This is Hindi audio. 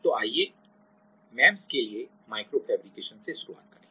तो आइए एमईएमएस के लिए माइक्रो फैब्रिकेशन से शुरुआत करें